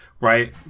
right